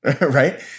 Right